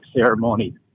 ceremony